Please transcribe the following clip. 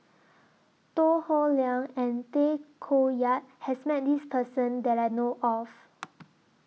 Tan Howe Liang and Tay Koh Yat has Met This Person that I know of